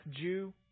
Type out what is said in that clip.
Jew